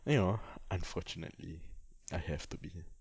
you know unfortunately I have to be